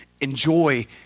enjoy